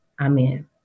Amen